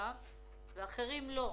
היו כאלה שלא.